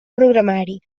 programari